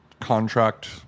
contract